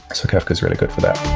so kafka is really good for that